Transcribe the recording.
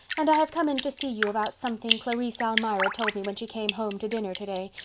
and i have come in to see you about something clarice almira told me when she came home to dinner today.